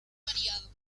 variados